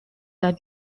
that